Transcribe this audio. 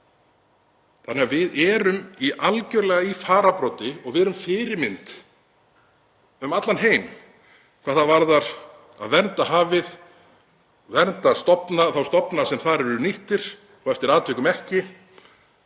Við erum algerlega í fararbroddi og við erum fyrirmynd um allan heim hvað það varðar að vernda hafið, vernda þá stofna sem þar eru nýttir og eftir atvikum ekki.